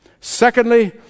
Secondly